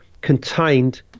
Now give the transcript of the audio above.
contained